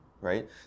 right